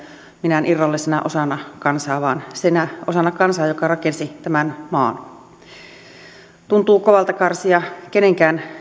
minään irrallisena osana kansaa vaan sinä osana kansaa joka rakensi tämän maan tuntuu kovalta karsia kenenkään